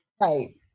right